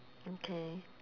okay